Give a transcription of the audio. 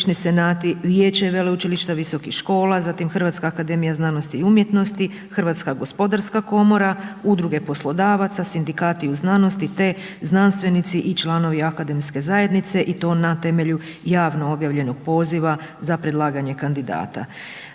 Vijeće veleučilišta visokih škola, zatim HAZU, HGK, Udruge poslodavaca, sindikati u znanosti te znanstvenici i članovi akademske zajednice i to na temelju javno objavljenog poziva za predlaganje kandidata.